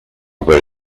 where